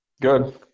Good